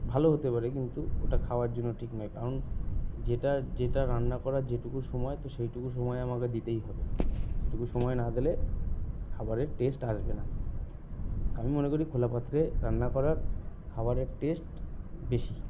ভালো হতে পারে কিন্তু ওটা খাওয়ার জন্য ঠিক নয় কারণ যেটা যেটা রান্না করার যেটুকু সময় তো সেইটুকু সময় আমাকে দিতেই হবে সেটুকু সময় না দিলে খাবারের টেস্ট আসবে না আমি মনে করি খোলা পাত্রে রান্না করা খাবারের টেস্ট বেশি